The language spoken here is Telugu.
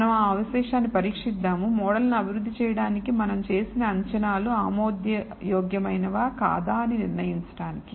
కాబట్టి మనం ఆ అవశేషాన్ని పరీక్షిదాము మోడల్ ను అభివృద్ధి చేయడానికి మనం చేసిన అంచనాలు ఆమోదయోగ్యమైనవా కాదా అని నిర్ణయించడానికి